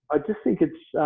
i just think it's